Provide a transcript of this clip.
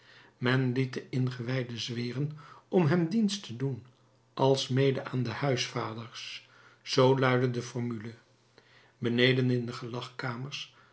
men liet den ingewijde zweren om hem dienst te doen alsmede aan de huisvaders zoo luidde de formule beneden in de